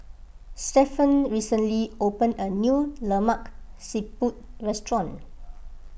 Stephen recently opened a new Lemak Siput restaurant